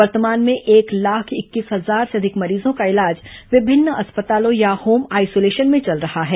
वर्तमान में एक लाख इक्कीस हजार से अधिक मरीजों का इलाज विभिन्न अस्पतालों या होम आइसोलेशन में चल रहा है